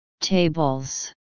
tables